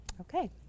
Okay